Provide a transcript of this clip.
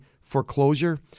foreclosure